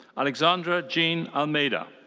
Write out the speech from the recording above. alexandra jean almeida.